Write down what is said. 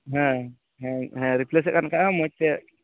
ᱦᱮᱸ ᱦᱮᱸ ᱨᱤᱯᱷᱮᱞᱮᱥ ᱮᱫ ᱠᱟᱱ ᱠᱷᱟᱱ ᱦᱚᱸ ᱢᱚᱡᱽ ᱛᱮ